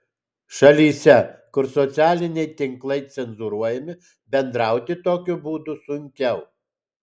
šalyse kur socialiniai tinklai cenzūruojami bendrauti tokiu būdu sunkiau